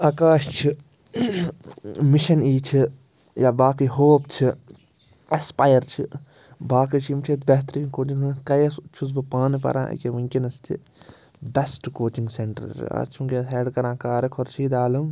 آکاش چھِ مِشَن ای چھِ یا باقٕے ہوپ چھِ اٮ۪سپایَر چھِ باقٕے چھِ یِم چھِ اَتہِ بہتریٖن کوچِنٛگ کَیَس چھُس بہٕ پانہٕ پَران ییٚکیٛاہ وٕنۍکٮ۪نَس تہِ بٮ۪سٹ کوچِنٛگ سٮ۪نٛٹر اَتھ چھِ وٕنۍکٮ۪نَس ہٮ۪ڈ کَران کارٕ خُرشیٖد عالم